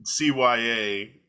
CYA